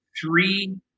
three